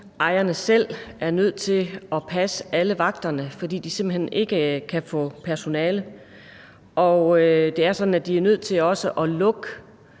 ejerne selv er nødt til at passe alle vagterne, fordi de simpelt hen ikke kan få personale, og det er sådan, at de også er nødt til at lukke